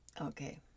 Okay